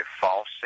false